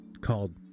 called